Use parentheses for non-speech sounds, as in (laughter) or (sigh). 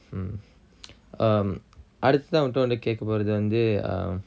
mm (noise) um அடுத்ததா உன்ட வந்து கேக்கப்போறது வந்து:aduthatha unta vanthu kekkapporathu vanthu um